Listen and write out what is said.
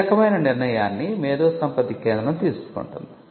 ఈ రకమైన నిర్ణయాన్ని మేధోసంపత్తి కేంద్రం తీసుకుంటుంది